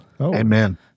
Amen